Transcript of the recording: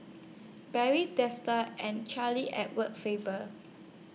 Barry Desker and Charles Edward Faber